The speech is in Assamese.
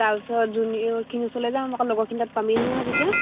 তাৰপিছত জুনিয়ৰখিনি ওচৰলৈ যাম আকৌ লগৰখিনি তাত পামে নহয় তেতিয়া